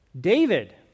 David